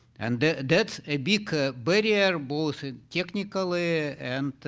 and that's a big barrier, both and technically and,